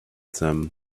them